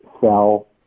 sell